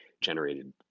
generated